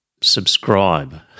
subscribe